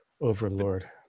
overlord